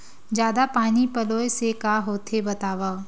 जादा पानी पलोय से का होथे बतावव?